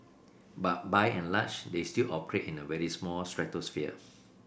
but by and large they still operate in a very small stratosphere